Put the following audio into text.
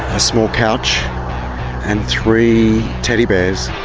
a small couch and three teddy bears,